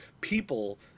people